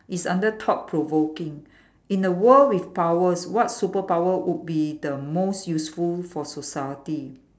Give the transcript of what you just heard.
is under thought provoking in a world with powers what superpower would be the most useful for society